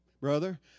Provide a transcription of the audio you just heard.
brother